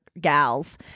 gals